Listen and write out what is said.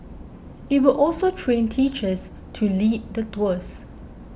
it will also train teachers to lead the tours